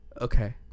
Okay